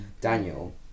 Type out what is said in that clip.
Daniel